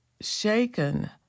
shaken